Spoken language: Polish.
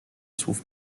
słów